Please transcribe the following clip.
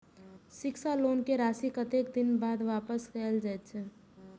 शिक्षा लोन के राशी कतेक दिन बाद वापस कायल जाय छै?